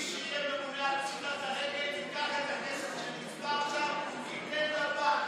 מי שיהיה ממונה על פשיטת הרגל ייקח את הכסף שנצבר שם וייתן לבנק,